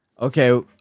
Okay